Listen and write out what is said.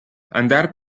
andar